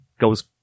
goes